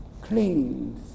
Clean